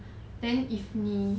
then if 你